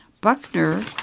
Buckner